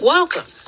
Welcome